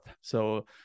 So-